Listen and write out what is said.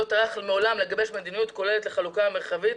מעולם לא טרח לגבש מדיניות כוללת לחלוקה מרחבית,